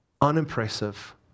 unimpressive